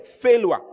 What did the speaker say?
failure